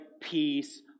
peace